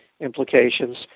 implications